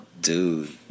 Dude